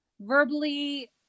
verbally